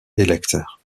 électeurs